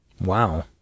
Wow